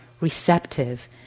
receptive